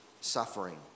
suffering